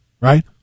Right